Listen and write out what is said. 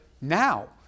now